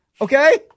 okay